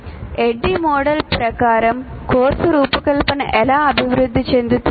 ADDIE model ప్రకారం course రూపకల్పన ఎలా అభివృద్ధి చెందుతుంది